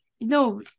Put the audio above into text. No